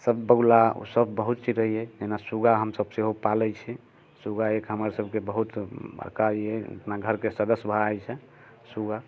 सब बगुला सब बहुत चिड़ै अइ जेना सुगा हमसब सेहो पालैत छी सुगा एक हमर सबकेँ बहुत बड़का ई अइ अपना घरके सदस्य भऽ जाइत छै सुगा